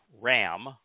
ram